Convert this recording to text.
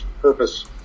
purpose